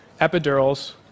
epidurals